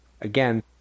again